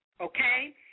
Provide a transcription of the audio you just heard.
Okay